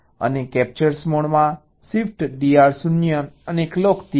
અને કેપ્ચર મોડમાં shift DR 0 અને ક્લોક DR બરાબર છે